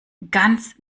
ganz